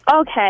Okay